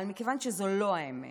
אבל מכיוון שזו לא האמת,